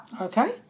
Okay